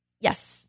Yes